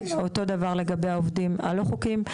אותו דבר לגבי העובדים הלא חוקיים,